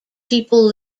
people